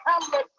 hamlet